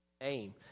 name